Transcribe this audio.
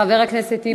חבר הכנסת טיבי,